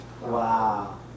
Wow